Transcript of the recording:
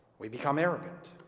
we become arrogant.